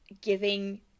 Giving